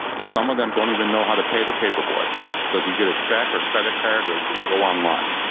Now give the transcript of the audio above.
some of them don't even know how to pay the paperboy. does he get a check or credit card or do we go online?